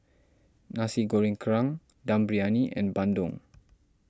Nasi Goreng Kerang Dum Briyani and Bandung